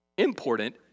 Important